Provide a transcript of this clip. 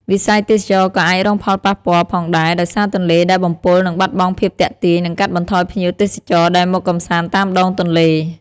វិស័យទេសចរណ៍ក៏អាចរងផលប៉ះពាល់ផងដែរ ដោយសារទន្លេដែលបំពុលនឹងបាត់បង់ភាពទាក់ទាញ និងកាត់បន្ថយភ្ញៀវទេសចរដែលមកកម្សាន្តតាមដងទន្លេ។